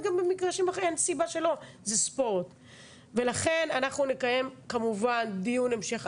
אנחנו נקיים כמובן דיון המשך.